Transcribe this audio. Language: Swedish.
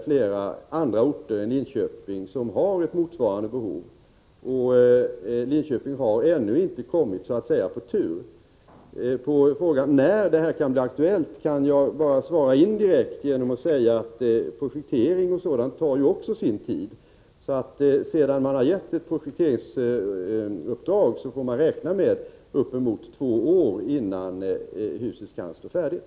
Flera andra orter än Linköping har tyvärr motsvarande behov, och Linköping har ännu inte så att säga kommit i tur. På frågan om när detta kan bli aktuellt kan jag bara svara indirekt genom att säga att projektering och sådant också tar sin tid. Man får räkna med att det sedan ett projekteringsuppdrag lämnats tar uppemot två år innan huset kan stå färdigt.